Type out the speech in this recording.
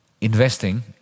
investing